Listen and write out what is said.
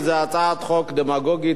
זו הצעת חוק דמגוגית,